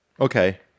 Okay